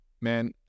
Man